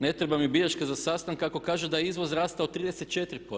Ne treba mi bilješke za sastanke ako kaže da je izvoz rastao 34%